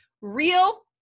real